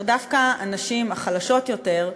דווקא כלפי הנשים החלשות יותר,